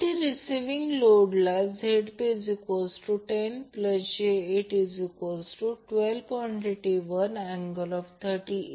तर दोन कॉम्प्लेक्स पॉवरमधील फरक म्हणजे लाईन इम्पीडन्सने अबसोर्ब केलेली पॉवर म्हणजे पॉवर लॉस